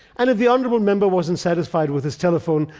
and if the honorable member wasn't satisfied with his telephone,